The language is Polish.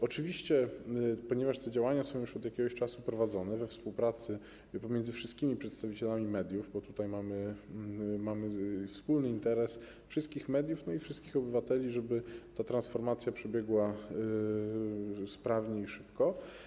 Oczywiście te działania są już od jakiegoś czasu prowadzone we współpracy ze wszystkimi przedstawicielami mediów, bo jest to wspólny interes wszystkich mediów i wszystkich obywateli, żeby ta transformacja przebiegła sprawnie i szybko.